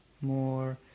more